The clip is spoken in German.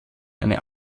eine